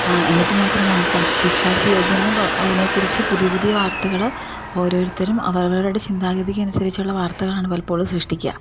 എന്നിട്ട് മാത്രമാണ് ഇത് വിശ്വാസ യോഗ്യമെന്ന് അതിനെ കുറിച്ചു പുതിയ പുതിയ വാർത്തകൾ ഓരോരുത്തരും അവരവരുടെ ചിന്താഗതിക്ക് അനുസരിച്ചുള്ള വാർത്തകളാണ് പലപ്പോഴും സൃഷ്ടിക്കുക